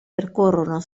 percorrono